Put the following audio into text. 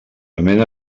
anem